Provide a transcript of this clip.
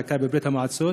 בעיקר בברית המועצות,